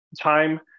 time